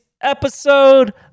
episode